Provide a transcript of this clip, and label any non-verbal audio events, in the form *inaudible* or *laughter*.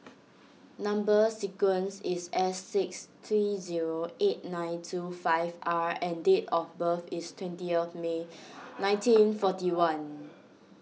Number Sequence is S six three zero eight nine two five R and date of birth is twenty of May *noise* nineteen forty one